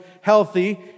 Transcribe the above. healthy